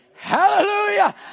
Hallelujah